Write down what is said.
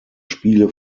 spiele